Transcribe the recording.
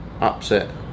upset